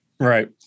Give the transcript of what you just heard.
Right